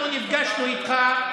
אנחנו נפגשנו איתך,